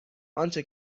آنچه